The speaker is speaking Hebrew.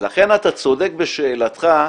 לכן אתה צודק בשאלתך,